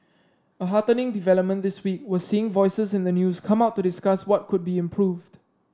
a heartening development this week was seeing voices in the news come out to discuss what could be improved